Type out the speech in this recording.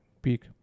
peak